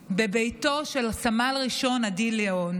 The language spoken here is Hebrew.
ניל"י בביתו של סמל ראשון עדי ליאון,